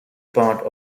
part